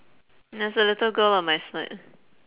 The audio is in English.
there's a little girl on my slide